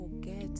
forget